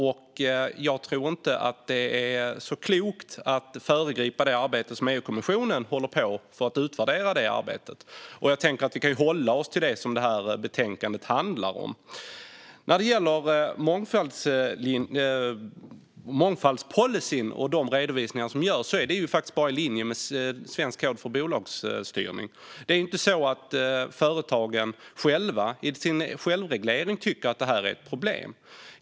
Det vore nog inte särskilt klokt att föregripa det arbete som EU-kommissionen håller på med för att utvärdera detta. Vi kanske kan hålla oss till det som betänkandet handlar om. Vad gäller mångfaldspolicyn och de redovisningar som ska göras ligger det i linje med svensk kod för bolagsstyrning. Det är inte så att företagen själva, i sin självreglering, tycker att detta är ett problem.